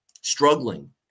Struggling